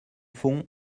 fond